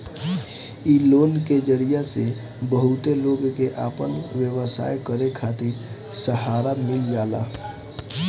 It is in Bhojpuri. इ लोन के जरिया से बहुते लोग के आपन व्यवसाय करे खातिर सहारा मिल जाता